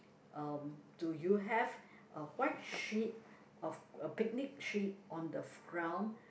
um do you have a white sheet of a picnic sheet on the ground